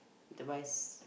need to buy s~